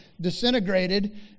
disintegrated